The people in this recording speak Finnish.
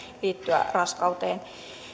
liittyä raskauteen